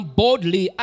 boldly